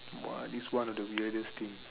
!wah! this is one of the weirdest things